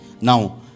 Now